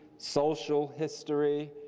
social history,